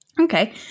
Okay